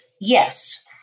yes